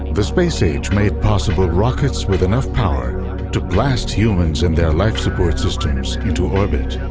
the space age made possible rockets with enough power to blast humans and their life support systems into orbit.